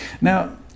now